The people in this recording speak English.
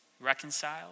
reconciled